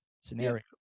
scenario